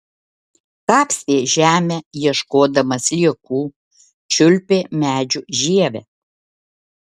kapstė žemę ieškodama sliekų čiulpė medžių žievę